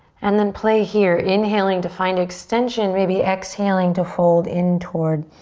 and then play here, inhaling to find extension, maybe exhaling to fold in toward